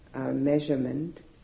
measurement